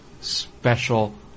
special